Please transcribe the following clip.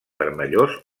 vermellós